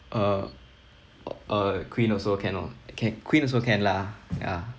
uh uh queen also cannot okay queen also can lah ya yes